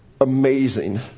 amazing